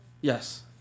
Yes